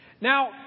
Now